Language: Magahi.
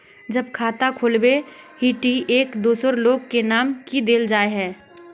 जब खाता खोलबे ही टी एक दोसर लोग के नाम की देल जाए है?